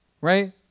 right